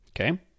Okay